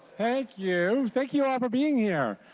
thank you thank you all for being here.